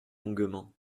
longuement